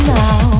now